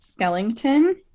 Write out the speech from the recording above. Skellington